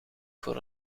voor